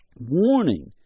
Warning